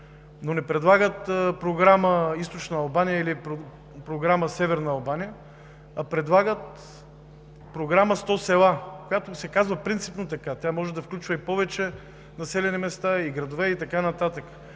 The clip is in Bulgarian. но не предлагат програма „Източна Албания“ или „Северна Албания“, а предлагат програмата „Сто села“, която се казва принципно така. Тя може да включва повече населени места, градове и така нататък,